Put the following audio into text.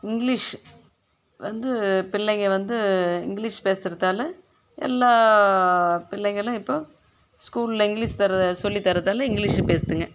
English வந்து பிள்ளைங்க வந்து இங்கிலீஷ் பேசுகிறதால எல்லா பிள்ளைகளும் இப்போது ஸ்கூலில் இங்கிலீஷ் தர சொல்லித்தரதால் இங்கிலீஷ் பேசுதுங்க